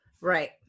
right